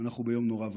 ואנחנו ביום נורא ואיום.